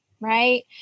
Right